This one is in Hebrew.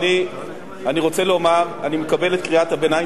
שלא יגיד דברים לא נכונים.